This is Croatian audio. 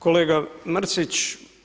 Kolega Mrsić.